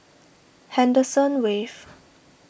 Henderson Wave